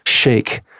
shake